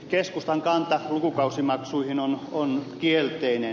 keskustan kanta lukukausimaksuihin on kielteinen